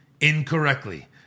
incorrectly